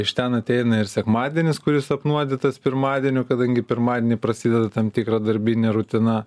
iš ten ateina ir sekmadienis kuris apnuodytas pirmadieniu kadangi pirmadienį prasideda tam tikra darbinė rutina